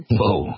Whoa